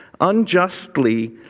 unjustly